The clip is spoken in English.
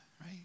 right